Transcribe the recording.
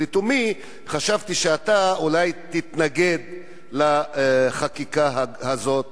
לתומי חשבתי שאתה אולי תתנגד לחקיקה הזאת,